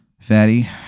fatty